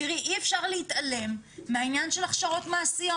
אי אפשר להתעלם מהעניין של הכשרות מעשיות.